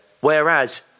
Whereas